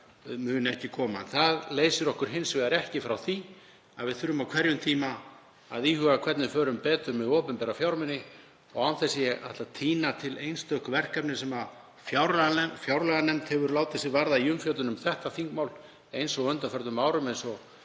muni ekki koma. Það leysir okkur hins vegar ekki frá því að við þurfum á hverjum tíma að íhuga hvernig við förum betur með opinbera fjármuni. Ég ætla ekki að tína til einstök verkefni sem fjárlaganefnd hefur látið sig varða í umfjöllun um þetta þingmál eins og á undanförnum árum, eins og